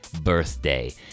birthday